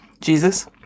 Jesus